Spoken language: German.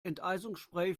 enteisungsspray